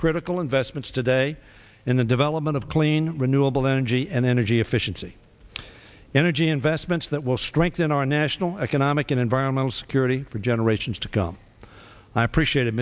critical investments today in the development of clean renewable energy and energy efficiency energy investments that will strengthen our national economic and environmental security for generations to come i appreciate